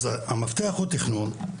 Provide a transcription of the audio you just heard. אז המפתח הוא תכנון.